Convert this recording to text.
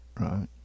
right